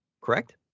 correct